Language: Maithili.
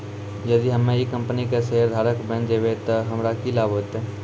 यदि हम्मै ई कंपनी के शेयरधारक बैन जैबै तअ हमरा की लाभ होतै